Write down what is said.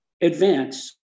advance